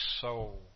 soul